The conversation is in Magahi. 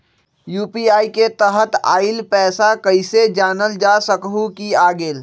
यू.पी.आई के तहत आइल पैसा कईसे जानल जा सकहु की आ गेल?